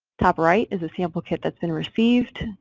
top right is the sample kit that's been received,